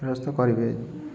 ଫେରସ୍ତ କରିବେ